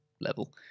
level